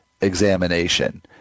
examination